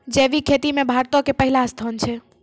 जैविक खेती मे भारतो के पहिला स्थान छै